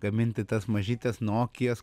gaminti tas mažytes nokias